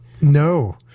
No